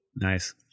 Nice